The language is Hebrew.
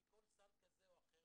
מכל סל כזה או אחר,